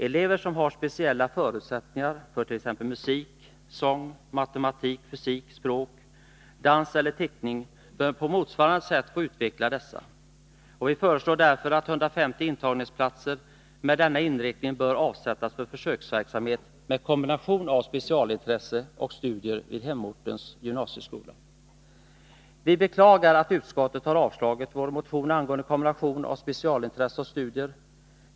Elever som har speciella förutsättningar för t.ex. musik, sång, matematik, fysik, språk, dans eller teckning bör på motsvarande sätt få utveckla dessa. Vi föreslår därför att 150 intagningsplatser med denna inriktning avsätts för försöksverksamhet med kombination av specialintresse och studier vid hemortens gymnasieskola. Vi beklagar att utskottet har avstyrkt vår motion angående kombination av specialintresse och studier.